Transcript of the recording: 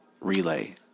relay